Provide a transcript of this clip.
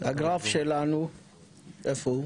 הגרף שלנו איפה הוא